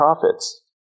profits